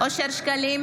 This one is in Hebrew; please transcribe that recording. שקלים,